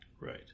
Right